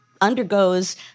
undergoes